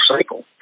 cycle